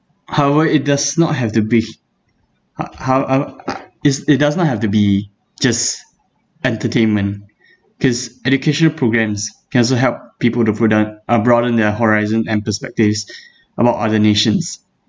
however it does not have the bea~ uh how how is it doesn't have to be just entertainment cause educational programmes can also help people to produ~ uh broaden their horizon and perspectives about other nations